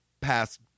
past